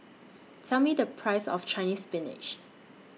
Tell Me The Price of Chinese Spinach